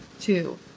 two